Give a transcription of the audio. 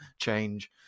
change